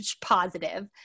positive